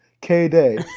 K-Day